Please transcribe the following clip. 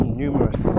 numerous